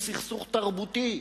הוא סכסוך תרבותי,